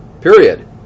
Period